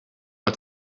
but